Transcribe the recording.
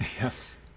Yes